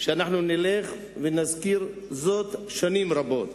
ואנחנו נלך ונזכיר זאת שנים רבות.